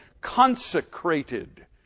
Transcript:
consecrated